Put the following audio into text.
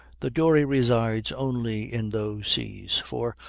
the doree resides only in those seas for,